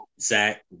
Zach